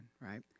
right